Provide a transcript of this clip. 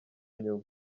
inyuma